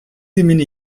имени